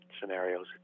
Scenarios